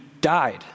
died